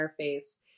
interface